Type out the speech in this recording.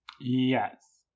Yes